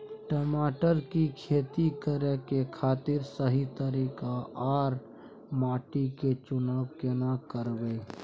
टमाटर की खेती करै के खातिर सही तरीका आर माटी के चुनाव केना करबै?